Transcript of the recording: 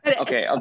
Okay